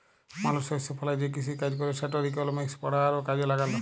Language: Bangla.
মালুস শস্য ফলায় যে কিসিকাজ ক্যরে সেটর ইকলমিক্স পড়া আরও কাজে ল্যাগল